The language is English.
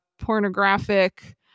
pornographic